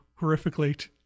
horrifically